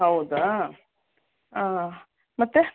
ಹೌದಾ ಮತ್ತೆ